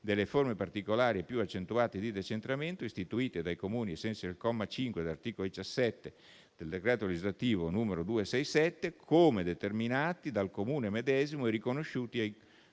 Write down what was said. delle forme particolari più accentuate di decentramento istituite dai Comuni, ai sensi del comma 5, articolo 17, del decreto legislativo n. 267, come determinati dal Comune medesimo e riconosciuti ai componenti